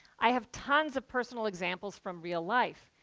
i have tons of personal examples from real life.